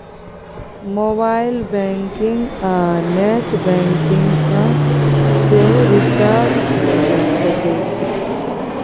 mobile banking आ net banking सँ सेहो रिचार्ज कएल जा सकै छै